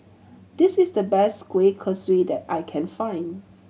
this is the best kueh kosui that I can find